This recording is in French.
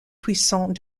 puissances